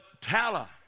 Tala